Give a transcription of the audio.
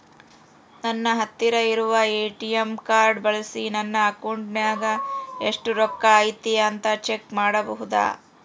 ನನ್ನ ಹತ್ತಿರ ಇರುವ ಎ.ಟಿ.ಎಂ ಕಾರ್ಡ್ ಬಳಿಸಿ ನನ್ನ ಅಕೌಂಟಿನಾಗ ಎಷ್ಟು ರೊಕ್ಕ ಐತಿ ಅಂತಾ ಚೆಕ್ ಮಾಡಬಹುದಾ?